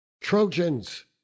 Trojans